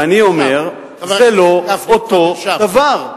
ואני אומר: זה לא אותו הדבר.